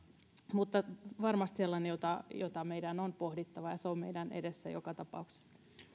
mutta varmasti sellainen jota jota meidän on pohdittava ja se on meidän edessämme joka tapauksessa